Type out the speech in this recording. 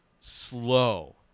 slow